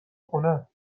خونهت